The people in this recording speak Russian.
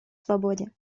свободе